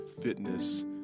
fitness